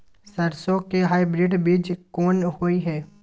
सरसो के हाइब्रिड बीज कोन होय है?